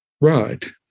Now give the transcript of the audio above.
Right